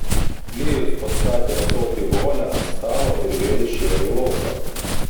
klėjus pastatė ąsotį hole ant stalo ir vėl išėjo į lauką